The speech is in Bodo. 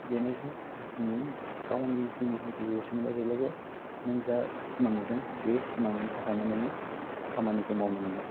बेनो जे जों गावनि जिउनि थांखिखौ होसोनोब्ला जेब्लायबो नों जा सिमां नुदों बे सिमांनि थाखायनो नोङो खामानिखौ मावनो नांगोन